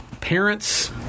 parents